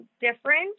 different